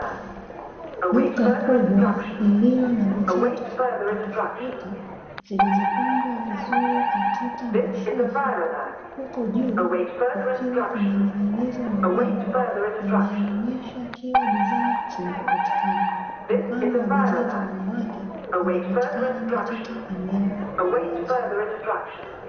Duka kubwa lililo na bidhaa tofautitofauti, zilizopangwa vizuri katika mashelfu huku juu kukiwa kumeningizwa mabango yanayo onyesha kila bidhaa inapopatikana, mfano bidhaa za wanawake zinapatikana katika eneo la mwanzo.